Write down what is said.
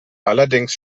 allerdings